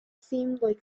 seemed